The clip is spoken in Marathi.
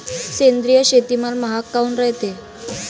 सेंद्रिय शेतीमाल महाग काऊन रायते?